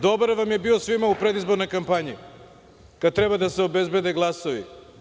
Dobar vam je bio svima u predizbornoj kampanji, kad treba da se obezbede glasovi.